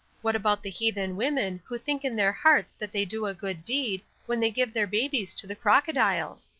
what about the heathen women who think in their hearts that they do a good deed when they give their babies to the crocodiles?